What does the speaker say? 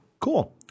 cool